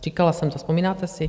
Říkala jsem to, vzpomínáte si?